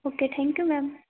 okay thank you ma'am